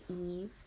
eve